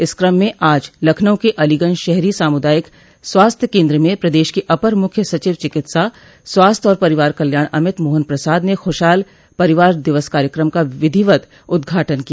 इस क्रम में आज लखनऊ के अलीगंज शहरी सामूदायिक स्वास्थ्य केन्द्र में प्रदेश के अपर मूख्य सचिव चिकित्सा स्वास्थ्य और परिवार कल्याण अमित मोहन प्रसाद ने खुशहाल परिवार दिवस कार्यक्रम का विधिवत उद्घाटन किया